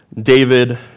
David